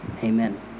Amen